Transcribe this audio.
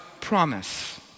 promise